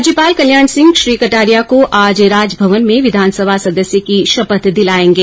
राज्यपाल कल्याण सिंह श्री कटारिया को आज राजभवन में विधानसभा सदस्य की शपथ दिलायेंगे